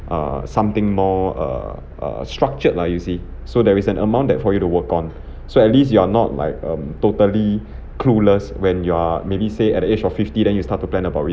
err something more err uh structured lah you see so there is an amount that for you to work on so at least you are not like um totally clueless when you are maybe say at the age of fifty then you start to plan about